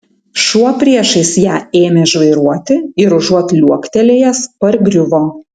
šuo priešais ją ėmė žvairuoti ir užuot liuoktelėjęs pargriuvo